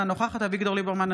אינה נוכחת אביגדור ליברמן,